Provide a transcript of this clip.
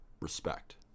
respect